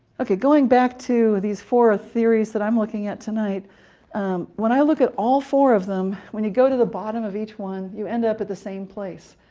ok, going back to these four theories that i'm looking at tonight when i look at all four of them, them, when you go to the bottom of each one, you end up at the same place.